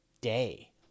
day